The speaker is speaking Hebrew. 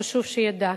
וחשוב שידע.